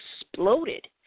exploded